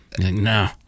No